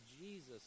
Jesus